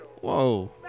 Whoa